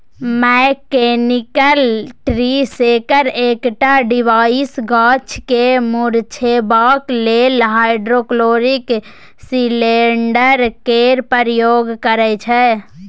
mechanical tree shaker एकटा device गाछ केँ मुरझेबाक लेल हाइड्रोलिक सिलेंडर केर प्रयोग करय छै